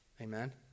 Amen